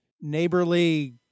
neighborly